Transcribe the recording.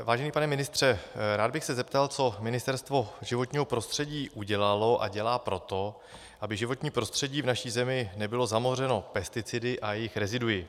Vážený pane ministře, rád bych se zeptal, co Ministerstvo životního prostředí udělalo a dělá pro to, aby životní prostředí v naší zemi nebylo zamořeno pesticidy a jejich rezidui.